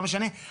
לא משנה.